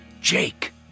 Jake